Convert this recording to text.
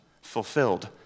fulfilled